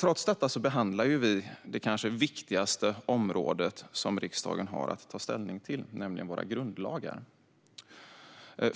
Trots detta behandlar vi det kanske viktigaste område som riksdagen har att ta ställning till, nämligen våra grundlagar.